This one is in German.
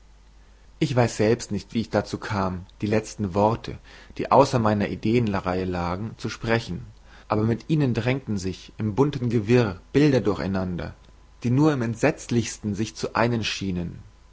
ich weiß selbst nicht wie ich dazu kam die letzten worte die außer meiner ideenreihe lagen zu sprechen aber mit ihnen drängten sich im bunten gewirr bilder durcheinander die nur im entsetzlichsten sich zu einen schienen